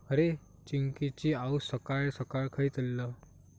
अरे, चिंकिची आऊस सकाळ सकाळ खंय चल्लं?